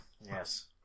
Yes